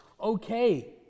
Okay